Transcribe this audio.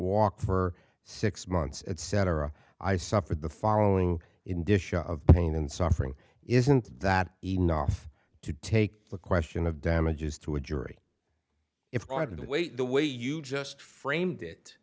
walk for six months etc i suffered the following in dish of pain and suffering isn't that enough to take the question of damages to a jury if i had to wait the way you just framed it